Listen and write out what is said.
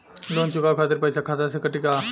Loan चुकावे खातिर पईसा खाता से कटी का?